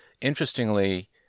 interestingly